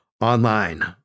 online